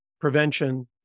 prevention